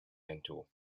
mentor